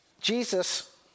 Jesus